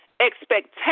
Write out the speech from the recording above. expectations